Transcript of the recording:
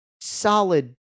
solid